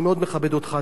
אני מאוד מכבד אותך,